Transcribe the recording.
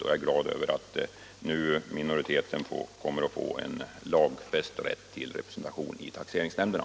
Jag är glad över att minoriteten nu kommer att få en lagfäst rätt till representation i taxeringsnämnderna.